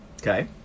Okay